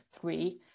three